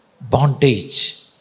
bondage